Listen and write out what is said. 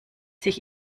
sich